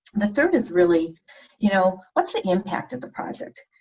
the third is really you know what's the impact of the project?